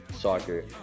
soccer